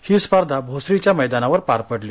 ही स्पर्धा भोसरीच्या मैदानावर पार पडली